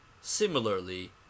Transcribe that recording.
similarly